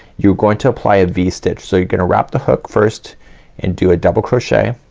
you're going to apply a v-stitch. so you're gonna wrap the hook first and do a double crochet,